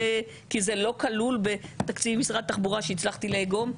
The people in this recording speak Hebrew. כי זה לא כלול בתקציב משרד התחבורה שהצלחתי לאיגום.